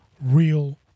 real